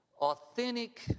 authentic